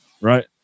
Right